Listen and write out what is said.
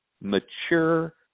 mature